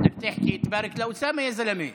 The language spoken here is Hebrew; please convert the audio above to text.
אתה צריך לדבר ולברך את אוסאמה,